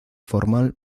formal